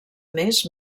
més